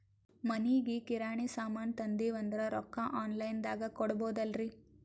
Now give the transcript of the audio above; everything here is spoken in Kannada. ಮನಿಗಿ ಕಿರಾಣಿ ಸಾಮಾನ ತಂದಿವಂದ್ರ ರೊಕ್ಕ ಆನ್ ಲೈನ್ ದಾಗ ಕೊಡ್ಬೋದಲ್ರಿ?